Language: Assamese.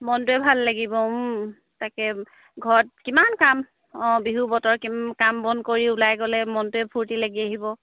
মনটোৱে ভাল লাগিব তাকে ঘৰত কিমান কাম অঁ বিহুৰ বতৰ কিমান কাম বন কৰি ওলাই গ'লে মনটোৱে ফূৰ্তি লাগি আহিব